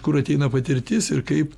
kur ateina patirtis ir kaip